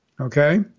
okay